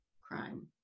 crime